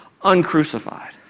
uncrucified